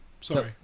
sorry